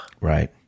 Right